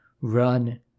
run